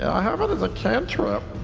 i have it as a cantrip.